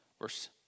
verse